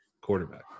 quarterback